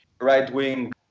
Right-wing